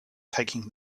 taking